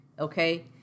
Okay